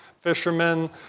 fishermen